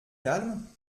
calme